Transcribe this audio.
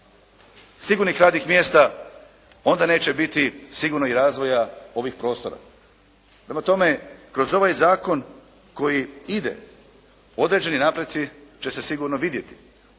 sigurnih radnih mjesta onda neće biti sigurno i razvoja ovih prostora. Prema tome, kroz ovaj zakon koji ide određeni napreci će se sigurno vidjeti,